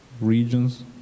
regions